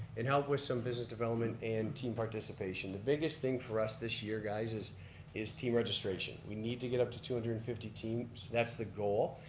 and help with some business development and team participation. the biggest thing for us this year guys, is is team registration. we need to get up to two hundred and fifty teams, that's the goal.